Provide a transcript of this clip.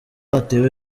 atewe